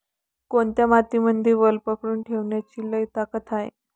कोनत्या मातीमंदी वल पकडून ठेवण्याची लई ताकद हाये?